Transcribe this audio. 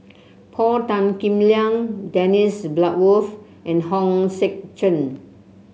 Paul Tan Kim Liang Dennis Bloodworth and Hong Sek Chern